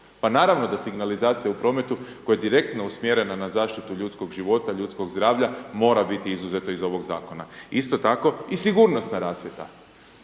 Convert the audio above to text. Pa naravno da signalizacija u prometu koja je direktno usmjerena na zaštitu ljudskog života, ljudskog zdravlja mora biti izuzeta iz ovog zakona. Isto tako i sigurnosna rasvjeta.